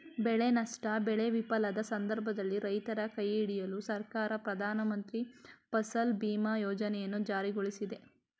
ಬೆಳೆ ನಷ್ಟ ಬೆಳೆ ವಿಫಲದ ಸಂದರ್ಭದಲ್ಲಿ ರೈತರ ಕೈಹಿಡಿಯಲು ಸರ್ಕಾರ ಪ್ರಧಾನಮಂತ್ರಿ ಫಸಲ್ ಬಿಮಾ ಯೋಜನೆಯನ್ನು ಜಾರಿಗೊಳಿಸಿದೆ